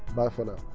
bye for now.